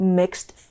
mixed